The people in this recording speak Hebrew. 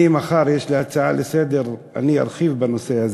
יש לי מחר הצעה לסדר-היום ואני ארחיב בנושא.